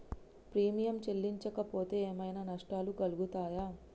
Premium చెల్లించకపోతే ఏమైనా నష్టాలు కలుగుతయా?